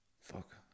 fuck